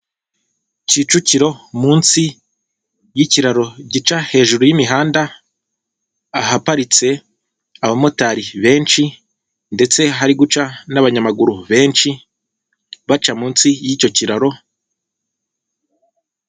Kicukiro munsi y'ikiraro gica hejuru y'imihanda ahaparitse abamotari benshi ndetse hari guca n'abanyamaguru benshi baca munsi y'icyo kiraro.